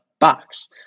box